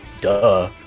duh